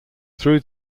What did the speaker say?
through